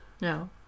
No